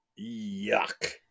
yuck